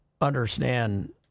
understand